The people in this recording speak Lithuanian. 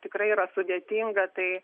tikrai yra sudėtinga tai